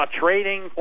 trading